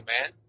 man